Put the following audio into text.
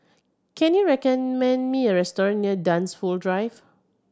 can you recommend me a restaurant near Dunsfold Drive